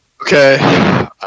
Okay